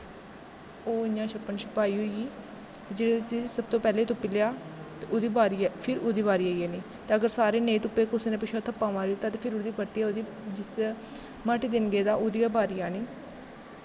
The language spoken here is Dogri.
ओह् इयां छप्पन छपाई होई गेई जेह्ड़ै सब तों पैह्लैं तुप्पी लेआ ते फिर ओह्दी बारी आई जानी ते अगर सारे नेंई तुप्पे कुसै ने पिच्छुआं दा कुसै थप्पा मारी दित्ता ते फिर उसदी जिस माटी देन गेदा ओह्दी गै बारी आनी